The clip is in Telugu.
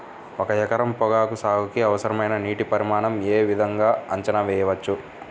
ఒక ఎకరం పొగాకు సాగుకి అవసరమైన నీటి పరిమాణం యే విధంగా అంచనా వేయవచ్చు?